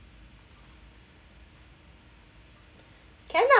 can lah